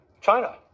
China